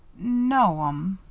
no'm.